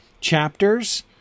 chapters